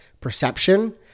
perception